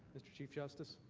mr. chief justice.